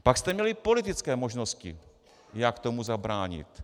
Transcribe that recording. Pak jste měli politické možnosti, jak tomu zabránit.